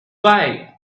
why